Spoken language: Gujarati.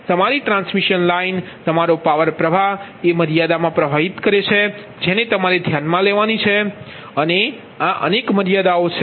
તમારી ટ્રાન્સમિશન લાઇન તમારો પાવર પ્રવાહ એ મર્યાદા મા પ્રવાહિત કરે છે જેને તમારે ધ્યાનમાં લેવાની છે અને આ અનેક મર્યાદાઓ છે